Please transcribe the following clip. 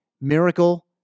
Miracle